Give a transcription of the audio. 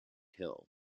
hill